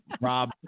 Rob